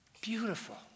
Beautiful